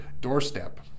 doorstep